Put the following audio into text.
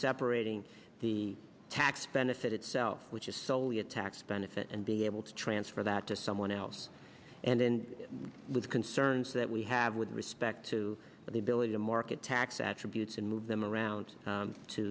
separating the tax benefit itself which is soley a tax benefit and be able to transfer that to someone else and then with concerns that we have with respect to the ability to market tax attributes and move them around